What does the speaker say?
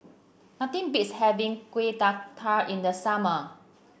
nothing beats having Kueh Dadar in the summer